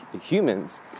humans